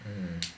mm